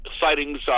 sightings